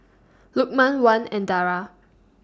Lukman Wan and Dara